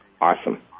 awesome